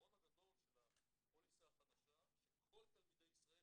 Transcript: היתרון הגדול של הפוליסה החדשה שכל תלמידי ישראל,